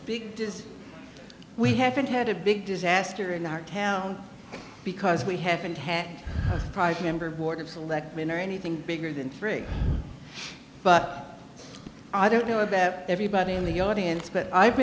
big just we haven't had a big disaster in our town because we haven't had private member board of selectmen or anything bigger than three but i don't know about everybody in the audience but i've